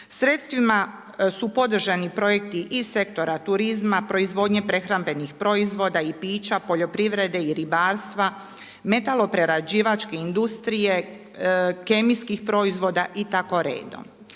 Sredstvima su podržani projekti iz sektora turizma, proizvodnje prehrambenih proizvoda i pića, poljoprivrede i ribarstva, metaloprerađivačke industrije, kemijskih proizvoda i